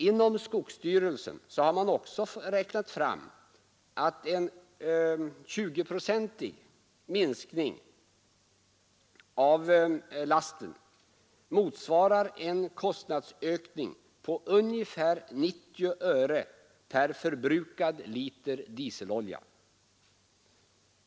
Inom skogsstyrelsen har man också räknat fram att en 20-procentig minskning av lasten under den tillåtna motsvarar en kostnadsökning på ungefär 90 öre per förbrukad liter dieselolja.